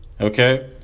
Okay